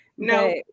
No